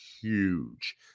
Huge